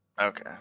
okay